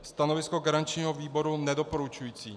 Stanovisko garančního výboru je nedoporučující.